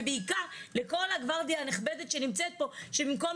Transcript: ובעיקר לכל הגוורדייה הנכבדה שנמצאת פה שבמקום